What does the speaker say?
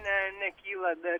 ne nekyla dar